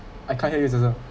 I can't hear you joseph